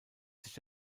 sich